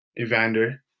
Evander